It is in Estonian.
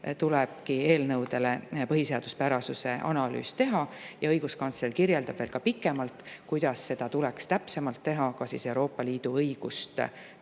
tulebki eelnõude kohta põhiseaduspärasuse analüüs teha. Õiguskantsler kirjeldab pikemalt, kuidas seda tuleks täpsemalt teha ka Euroopa Liidu õigust